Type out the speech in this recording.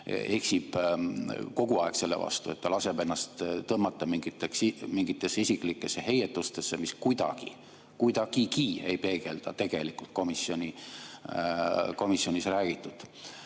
eksib kogu aeg selle vastu, et laseb ennast tõmmata mingitesse isiklikesse heietustesse, mis kuidagigi ei peegelda tegelikult komisjonis räägitut.